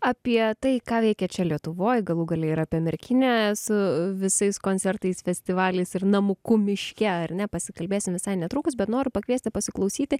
apie tai ką veikiat čia lietuvoj galų gale ir apie merkinę su visais koncertais festivaliais ir namuku miške ar ne pasikalbėsime visai netrukus bet noriu pakviesti pasiklausyti